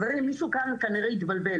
חברים, מישהו כאן כנראה התבלבל.